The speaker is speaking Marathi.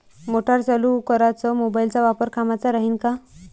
मोटार चालू बंद कराच मोबाईलचा वापर कामाचा राहीन का?